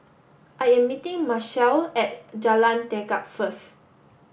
I am meeting Machelle at Jalan Tekad first